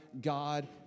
God